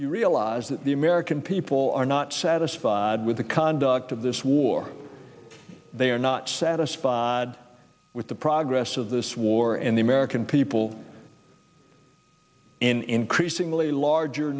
you realize that the american people are not satisfied with the conduct of this war they are not satisfied with the progress of this war and the american people in increasingly larger